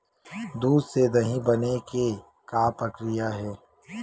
दूध से दही बने के का प्रक्रिया हे?